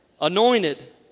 Anointed